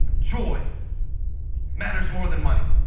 joy matters more than money.